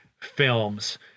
films